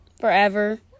forever